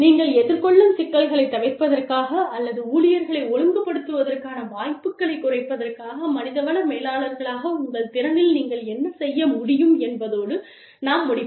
நீங்கள் எதிர்கொள்ளும் சிக்கல்களைத் தவிர்ப்பதற்காக அல்லது ஊழியர்களை ஒழுங்குபடுத்துவதற்கான வாய்ப்புகளைக் குறைப்பதற்காக மனிதவள மேலாளர்களாக உங்கள் திறனில் நீங்கள் என்ன செய்ய முடியும் என்பதோடு நாம் முடிப்போம்